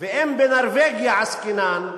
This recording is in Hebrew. ואם בנורבגיה עסקינן,